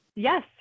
Yes